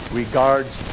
regards